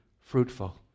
fruitful